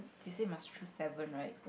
they say must choose seven right